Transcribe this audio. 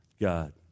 God